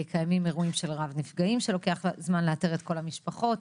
קיימים אירועים רבי נפגעים שלוקח זמן לאתר את כל המשפחות,